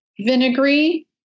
vinegary